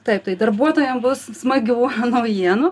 taip tai darbuotojam bus smagiau naujienų